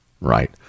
right